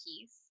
piece